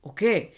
Okay